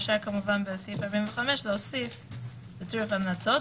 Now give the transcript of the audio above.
אפשר בסעיף 45 להוסיף בצירוף המלצות,